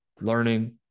learning